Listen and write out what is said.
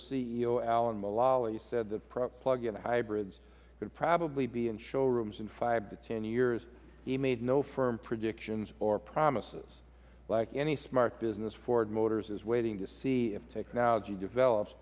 mulally said that plug in hybrids could probably be in showrooms in five to ten years he made no firm predictions or promises like any smart business ford motors is waiting to see if technology develops